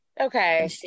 Okay